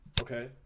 okay